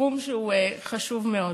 תחום שהוא חשוב מאוד.